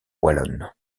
wallonne